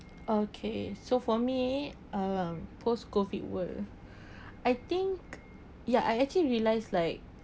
okay so for me um post COVID world I think ya I actually realize like